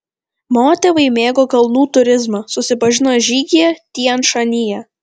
mano tėvai mėgo kalnų turizmą susipažino žygyje tian šanyje